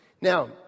Now